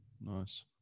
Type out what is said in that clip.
Nice